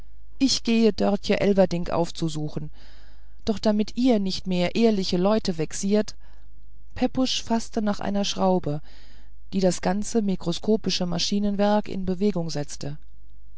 ich gehe dörtje elverdink aufzusuchen doch damit ihr nicht mehr ehrliche leute vexiert pepusch faßte nach der schraube die das ganze mikroskopische maschinenwerk in bewegung setzte